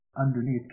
underneath